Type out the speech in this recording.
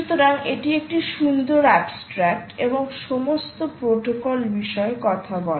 সুতরাং এটি একটি সুন্দর অ্যাবস্ট্রাক্ট এবং সমস্ত প্রোটোকল বিষয়ে কথা বলে